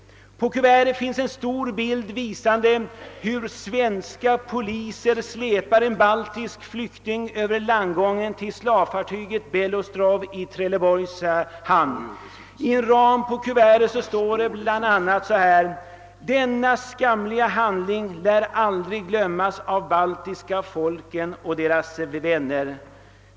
På kuvertet till breven finns en stor bild som visar hur svenska poliser släpar en baltisk flykting över landgången till slavfartyget Beloovstrov i Trelleborgs hamn. I ramen på kuvertet står bl.a.: Denna skamliga handling lär aldrig glömmas av baltiska folken och deras vänner.